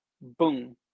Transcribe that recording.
Boom